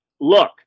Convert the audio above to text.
look